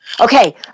Okay